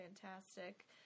fantastic